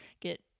get